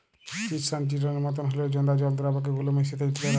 chitosan চিটনের মতন হঁল্যেও জঁদা জল দ্রাবকে গুল্যে মেশ্যে যাত্যে পারে